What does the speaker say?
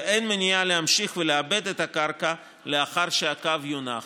ואין מניעה להמשיך ולעבד את הקרקע לאחר שהקו יונח,